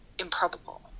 improbable